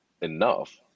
enough